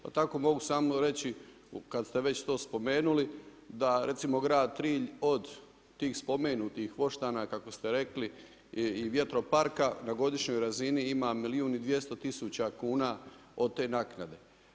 Pa tako mogu samo reći kad ste već to spomenuli da recimo grad Trilj od tih spomenutih ostanaka, kako ste rekli i vjetroparka na godišnjoj razini ima milijun i 200 tisuća kuna od te naknade.